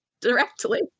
directly